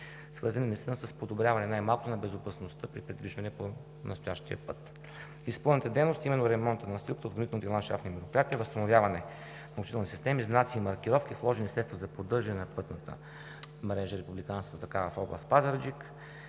свързани наистина с подобряване най-малкото на безопасността при придвижване по настоящия път. Изпълнените дейности, именно ремонт на настилката, отводнителните и ландшафтните мероприятия, възстановяване на отводнителните системи, знаци и маркировки, вложени средства за поддържане на пътната мрежа – републиканската такава, в област Пазарджик,